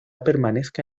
permanezca